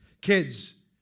Kids